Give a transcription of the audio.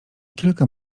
kilka